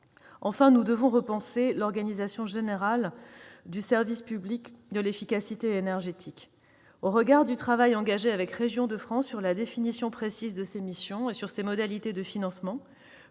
Enfin, nous devons repenser l'organisation générale du service public de l'efficacité énergétique. Au regard du travail engagé avec Régions de France sur la définition précise de ses missions et sur ses modalités de financement,